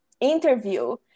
interview